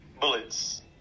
Bullets